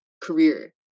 career